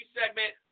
segment